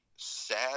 sad